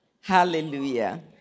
Hallelujah